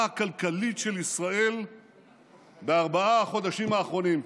הכלכלית של ישראל בארבעת החודשים האחרונים,